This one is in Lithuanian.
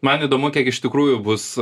man įdomu kiek iš tikrųjų bus